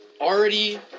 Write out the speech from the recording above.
already